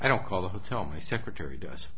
i don't call the hotel my secretary does